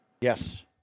yes